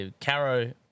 Caro